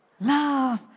love